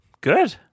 Good